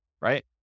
right